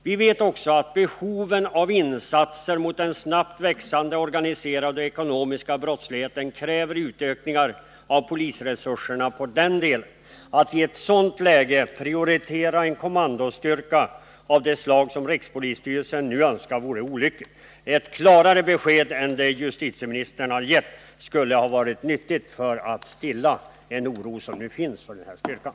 Vi vet också att behoven av insatser mot den snabbt växande organiserade och ekonomiska brottsligheten kräver utökningar av polisresurserna på den delen. Att i ett sådant läge prioritera en kommandostyrka av det slag som rikspolisstyrelsen nu önskar vore olyckligt. Ett klarare besked än det som justitieministern har gett hade varit välkommet för att stilla den oro som nu finns för den här styrkan.